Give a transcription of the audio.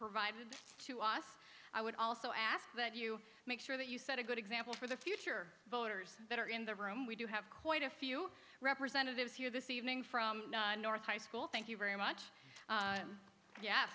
provided to us i would also ask that you make sure that you set a good example for the future voters that are in the room we do have quite a few representatives here this evening from north high school thank you very much